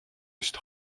just